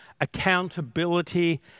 accountability